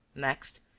next,